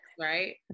right